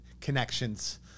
connections